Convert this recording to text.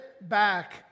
back